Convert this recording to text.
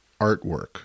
Artwork